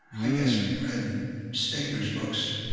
i guess we read stegner's books